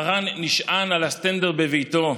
מרן נשען על הסטנדר בביתו,